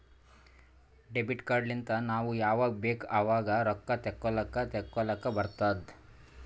debit card ಲಿಂತ್ ನಾವ್ ಯಾವಾಗ್ ಬೇಕ್ ಆವಾಗ್ ರೊಕ್ಕಾ ತೆಕ್ಕೋಲಾಕ್ ತೇಕೊಲಾಕ್ ಬರ್ತುದ್